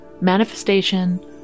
manifestation